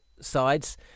sides